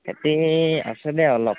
খেতি আছে দেই অলপ